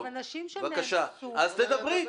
אבל נשים שנאנסו --- אז תדברי,